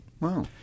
Wow